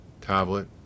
tablet